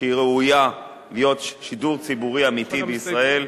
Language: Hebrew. שהיא ראויה להיות שידור ציבורי אמיתי בישראל,